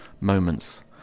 moments